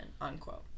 unquote